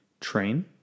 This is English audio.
train